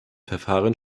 verfahren